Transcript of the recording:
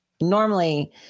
Normally